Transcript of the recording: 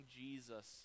jesus